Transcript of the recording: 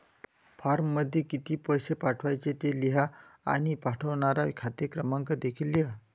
फॉर्ममध्ये किती पैसे पाठवायचे ते लिहा आणि पाठवणारा खाते क्रमांक देखील लिहा